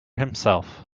himself